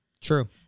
True